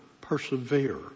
persevere